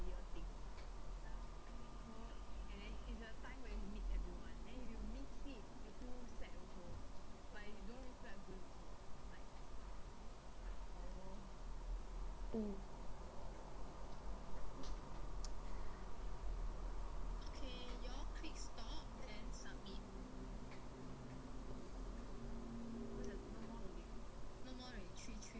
mm